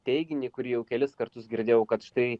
teiginį kurį jau kelis kartus girdėjau kad štai